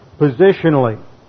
positionally